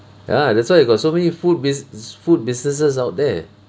ya that's why you got so many food busin~ food businesses out there